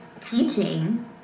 teaching